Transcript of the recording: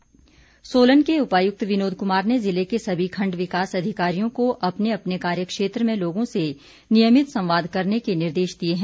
विनोद कुमार सोलन के उपाय्क्त विनोद क्मार ने जिले के सभी खंड विकास अधिकारियों को अपने अपने कार्य क्षेत्र में लोगों से नियमित संवाद करने के निर्देश दिए हैं